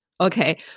Okay